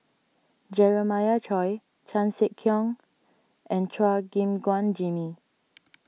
Jeremiah Choy Chan Sek Keong and Chua Gim Guan Jimmy